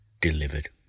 delivered